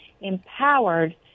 empowered